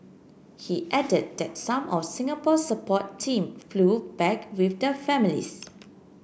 he added that some of Singapore support team flew back with the families